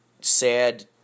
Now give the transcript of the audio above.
sad